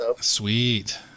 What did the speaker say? Sweet